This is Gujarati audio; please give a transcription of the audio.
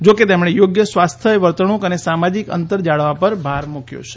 જો કે તેમણે યોગ્ય સ્વાસ્થ્ય વર્તણૂક અને સામાજિક અંતર જાળવવા પર ભાર મૂક્યો છે